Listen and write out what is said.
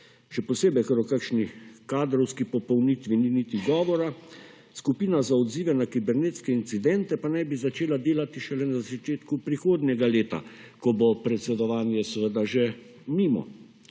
še posebej, ker v kakšni kadrovski popolnitvi ni niti govora. Skupina za odzive na kibernetske incidente pa naj bi začela delati šele na začetku prihodnjega leta, ko bo predsedovanje seveda že mimo.